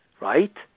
Right